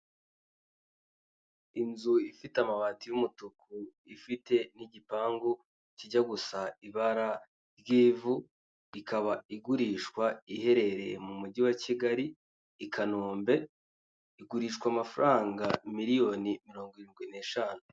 Inzu ifite amabati y'umutuku, ifite n'igipangu kijya gusa ibara ry'ivu, ikaba igurishwa iherereye mu mujyi wa Kigali i Kanombe, igurishwa amafaranga miliyoni mirongo irindwi n'eshanu.